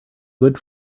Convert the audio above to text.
good